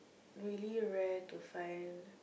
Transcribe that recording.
really rare to find